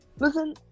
Listen